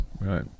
Right